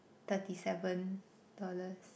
thirty seven dollars